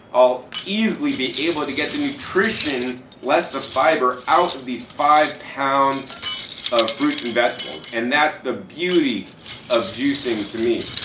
i'll easily be able to get the nutrition less the fiber out of these five pounds of fruits and vegetables. and that's the beauty of juicing to me.